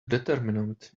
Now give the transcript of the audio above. determinant